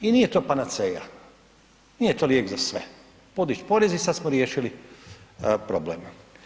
I nije to panaceja, nije to lijek za sve, podić porez i sada smo riješili problem.